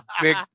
big